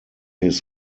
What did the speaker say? his